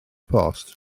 post